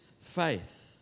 faith